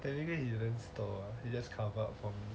anyway it's being stole ah he just cover up for me